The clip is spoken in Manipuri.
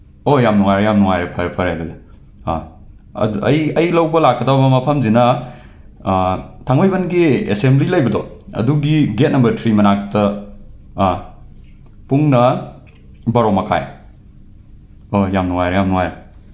ꯑꯣ ꯌꯥꯝ ꯅꯨꯡꯉꯥꯏꯔꯦ ꯌꯥꯝ ꯅꯨꯡꯉꯥꯏꯔꯦ ꯐꯔꯦ ꯐꯔꯦ ꯑꯗꯨꯗꯤ ꯑꯥ ꯑꯩ ꯂꯧꯕ ꯂꯥꯛꯀꯗꯕ ꯃꯐꯝꯁꯤꯅ ꯊꯥꯡꯃꯩꯕꯟꯒꯤ ꯑꯦꯁꯦꯝꯕ꯭ꯂꯤ ꯂꯩꯕꯗꯣ ꯑꯗꯨꯒꯤ ꯒꯦꯠ ꯅꯝꯕꯔ ꯊ꯭ꯔꯤ ꯃꯅꯥꯛꯇ ꯑꯥ ꯄꯨꯡꯅ ꯕꯥꯔꯣ ꯃꯈꯥꯏ ꯑꯣ ꯌꯥꯝ ꯅꯨꯡꯉꯥꯏꯔꯦ ꯌꯥꯝ ꯅꯨꯡꯉꯥꯏꯔꯦ